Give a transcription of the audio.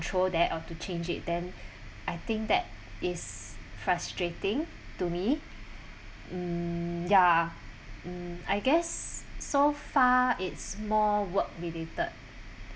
~trol that or to change it then I think that is frustrating to me mm ya mm I guess so far it's more work related